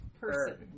person